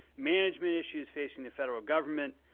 management issues facing the federal government,